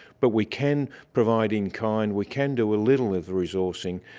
but we can provide in kind, we can do a little of the resourcing,